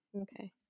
Okay